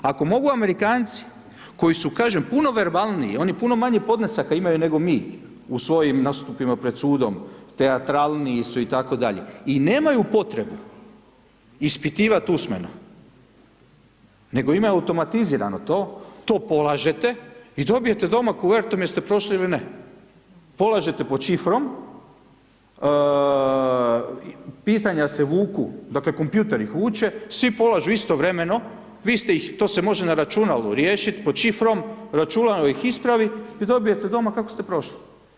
Ako mogu Amerikanci koji su, kažem, puno verbalniji, oni puno manje podnesaka imaju nego mi u svojim nastupima pred sudom, te atralniji su itd. i nemaju potrebu ispitivati usmeno, nego imaju automatizirano to, to polažete i dobijete doma kuvertu jest prošli ili ne, polažete pod šifrom, pitanja se vuku, dakle, kompjutor ih vuče, svi polažu istovremeno, vi ste ih, to se može na računalu riješit pod šifrom, računalo ih ispravi i dobijete doma kako ste prošli.